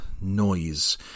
noise